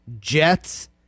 Jets